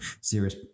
serious